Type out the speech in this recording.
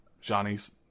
johnny's